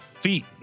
Feet